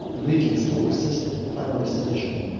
the legion still persisted in clamorous sedition,